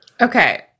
Okay